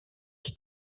qui